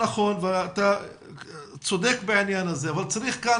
--- אתה צודק בעניין הזה אבל צריך כאן